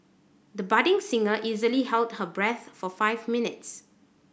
the budding singer easily held her breath for five minutes